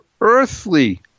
earthly